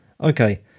Okay